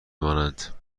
مانند